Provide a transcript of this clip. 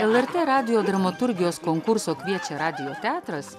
lrt radijo dramaturgijos konkurso kviečia radijo teatras